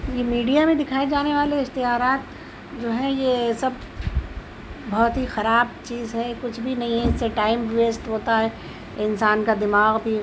یہ میڈیا میں دکھائے جانے والے اشتہارات جو ہیں یہ سب بہت ہی خراب چیز ہے کچھ بھی نہیں ہے اس سے ٹائم ویسٹ ہوتا ہے انسان کا دماغ بھی